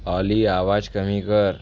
ऑली आवाज कमी कर